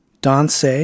Danse